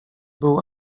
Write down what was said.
był